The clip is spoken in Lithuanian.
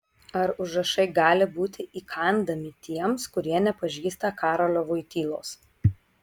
ar užrašai gali būti įkandami tiems kurie nepažįsta karolio voitylos